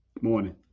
Morning